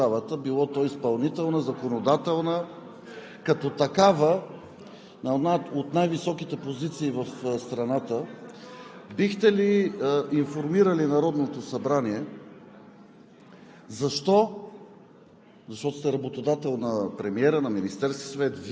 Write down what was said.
които отговарят за властта в държавата – било то изпълнителна, законодателна, като такава от най-високите позиции в страната, бихте ли информирали Народното събрание